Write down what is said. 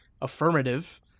affirmative